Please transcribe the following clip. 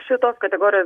šitos kategorijos